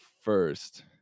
first